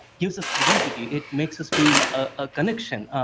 gives us identity. it makes us feel a connection,